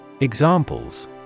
Examples